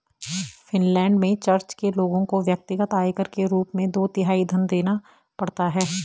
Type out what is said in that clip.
Finland में church के लोगों को व्यक्तिगत आयकर के रूप में दो तिहाई धन देना पड़ता है